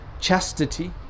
chastity